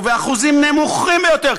ובאחוזים נמוכים ביותר,